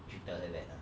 should tell her that ah